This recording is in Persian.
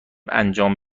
انجام